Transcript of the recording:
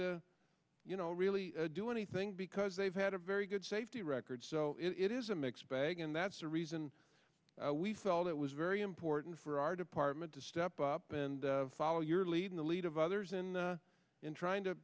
the you know really do anything because they've had a very good safety record so it is a mixed bag and that's a reason we felt it was very important for our department to step up and follow your lead in the lead of others and in trying to